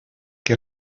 que